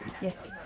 Yes